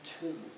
two